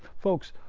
folks,